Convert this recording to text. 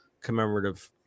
commemorative